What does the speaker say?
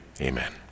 Amen